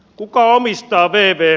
kuka omistaa vvon